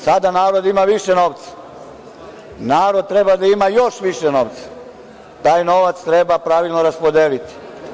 Sada narod ima više novca, narod treba da ima još više novca, taj novac treba pravilno raspodeliti.